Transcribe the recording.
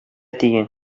тигән